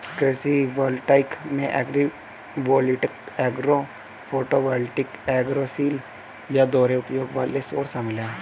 कृषि वोल्टेइक में agrivoltaic agro photovoltaic agrisol या दोहरे उपयोग वाले सौर शामिल है